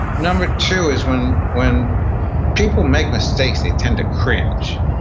number two is, when when people make mistakes, they tend to cringe.